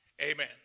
Amen